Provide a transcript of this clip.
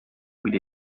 bile